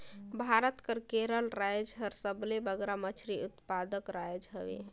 भारत कर केरल राएज हर सबले बगरा मछरी उत्पादक राएज हवे